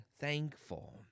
thankful